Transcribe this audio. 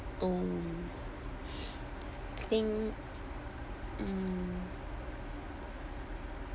oh I think mm